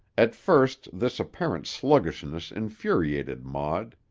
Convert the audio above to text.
at first this apparent sluggishness infuriated maud.